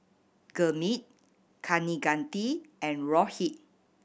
Gurmeet Kaneganti and Rohit